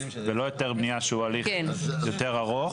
ולא היתר בנייה שהוא הליך יותר ארוך,